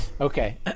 okay